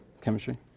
Chemistry